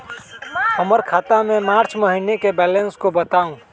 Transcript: हमर खाता के मार्च महीने के बैलेंस के बताऊ?